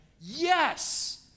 Yes